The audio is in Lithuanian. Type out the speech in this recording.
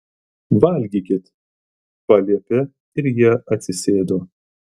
valgykit paliepė ir jie atsisėdo